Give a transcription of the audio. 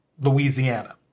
Louisiana